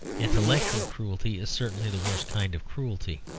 intellectual cruelty is certainly the worst kind of cruelty.